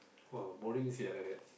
!wow! boring sia like that